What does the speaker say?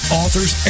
authors